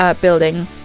building